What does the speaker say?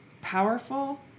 Powerful